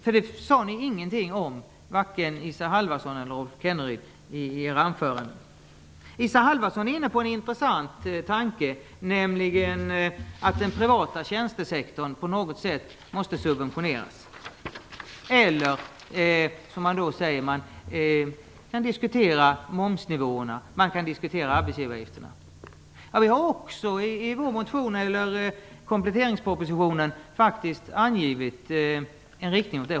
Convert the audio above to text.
Varken Isa Halvarsson eller Rolf Kenneryd sade något om detta i sina anföranden. Isa Halvarsson var inne på en intressant tanke, nämligen att den privata tjänstesektorn på något sätt måste subventioneras. Man kan i det sammanhanget diskutera momsnivåerna eller arbetsgivaravgifterna. Också vi har i vår motion med anledning av kompletteringspropositionen angivit en sådan inriktning.